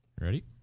Ready